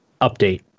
update